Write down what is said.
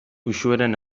uxueren